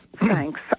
thanks